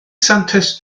santes